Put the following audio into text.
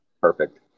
perfect